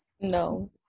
no